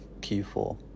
Q4